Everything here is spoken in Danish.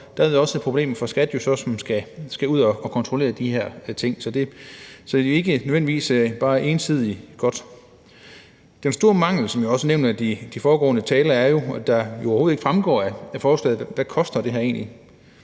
være et problem for skattevæsenet, som skal ud og kontrollere de her ting. Så det er ikke nødvendigvis bare entydigt godt. Den store mangel, som jeg også mener foregående taler nævnte, er jo, at det overhovedet ikke fremgår af forslaget, hvad det her egentlig